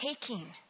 taking